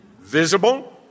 Visible